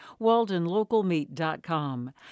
WaldenLocalMeat.com